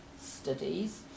studies